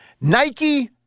Nike